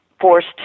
forced